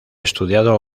estudiado